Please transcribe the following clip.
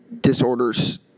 disorders